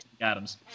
Adams